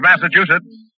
Massachusetts